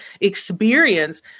experience